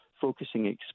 focusing